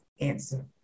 Answer